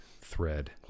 thread